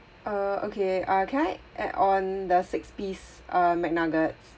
uh okay uh can I add on the six piece uh mcnuggets